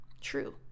true